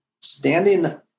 standing